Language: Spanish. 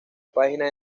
página